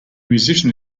musician